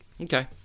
Okay